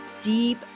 deep